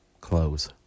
close